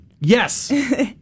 Yes